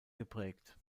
geprägt